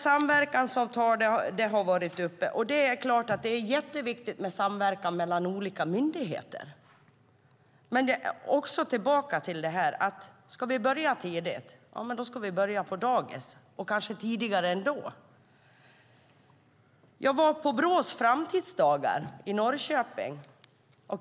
Samverkansavtal har varit uppe här, och det är jätteviktigt med samverkan mellan olika myndigheter. Men ska vi börja tidigt ska vi börja på dagis och kanske ännu tidigare. Jag var på Brås framtidsdagar i Norrköping.